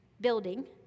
building